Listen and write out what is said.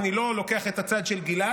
אני לא לוקח את הצד של גלעד,